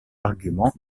arguments